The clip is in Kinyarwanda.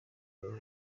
nyuma